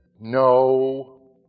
no